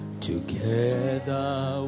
Together